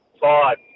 Five